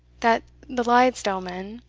that the liddesdale men,